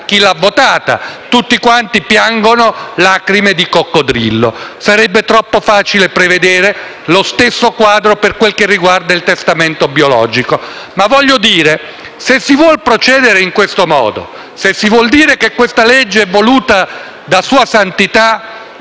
chi l'abbia votata e tutti quanti piangono lacrime di coccodrillo. Sarebbe troppo facile prevedere lo stesso quadro per quanto riguarda il testamento biologico. Se però si vuole procedere in questo modo, se si vuole dire che questa legge è voluta da Sua Santità,